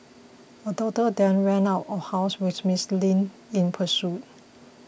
her daughter then ran out of house with Miss Li in pursuit